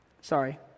sorry